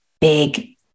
big